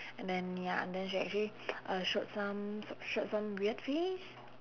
and then ya and then she actually uh showed some showed some weird face